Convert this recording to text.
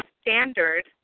standard